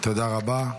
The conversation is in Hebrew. תודה רבה.